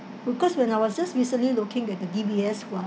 because when I was just recently looking the D_B_S one